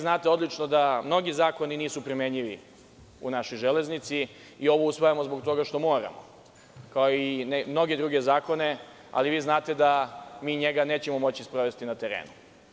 Znate odlično da mnogi zakoni nisu primenjivi u našoj železnici i ovo usvajamo zbog toga što moramo, kao i mnoge druge zakone, ali vi znate da mi njega nećemo moći da sprovedemo na terenu.